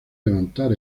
levantar